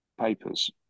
Papers